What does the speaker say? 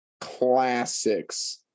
classics